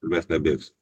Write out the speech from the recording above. mes nebėgsit